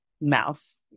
mouse